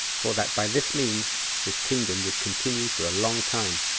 for that by this means his kingdom would continue for a long time,